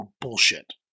bullshit